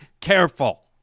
careful